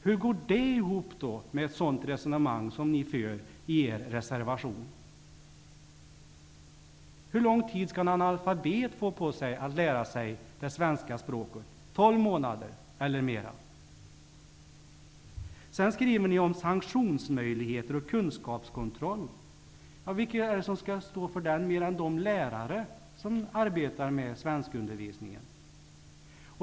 Hur går det ihop med ett sådant resonemang som ni för i er reservation? Hur lång tid skall en analfabet få på sig att lära sig det svenska språket, 12 månader eller mer? Ni skriver också om sanktionsmöjligheter och kunskapskontroll. Vilka skall stå för dessa mer än de lärare som arbetar med svenskundervisningen?